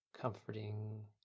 comforting